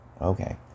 Okay